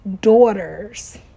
daughters